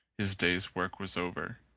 his day's work was over.